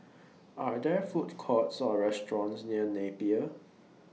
Are There Food Courts Or restaurants near Napier